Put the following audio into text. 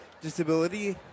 disability